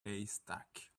haystack